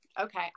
Okay